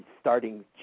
starting